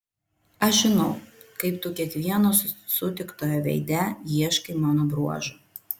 aš žinau kaip tu kiekvieno sutiktojo veide ieškai mano bruožų